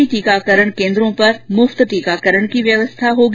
सरकारी टीकाकरण केन्द्रों पर निशुल्क टीकाकरण की व्यवस्था होगी